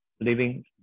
living